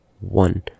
one